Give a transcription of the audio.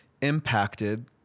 impacted